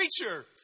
creature